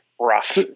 rough